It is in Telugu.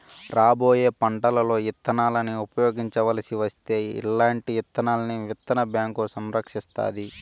రాబోయే పంటలలో ఇత్తనాలను ఉపయోగించవలసి వస్తే అల్లాంటి విత్తనాలను విత్తన బ్యాంకు సంరక్షిస్తాది